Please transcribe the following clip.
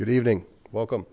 good evening welcome